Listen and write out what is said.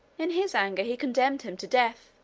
in his anger he condemned him to death.